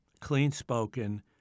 clean-spoken